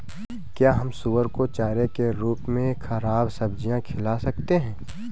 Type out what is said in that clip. क्या हम सुअर को चारे के रूप में ख़राब सब्जियां खिला सकते हैं?